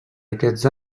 aquests